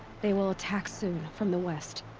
they will attack soon, from the west.